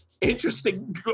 interesting